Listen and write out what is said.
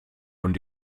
und